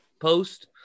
post